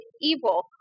evil